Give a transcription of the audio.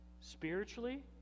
Spiritually